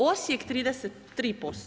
Osijek 33%